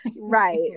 Right